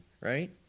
right